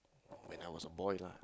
when I was a boy lah